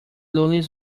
lollies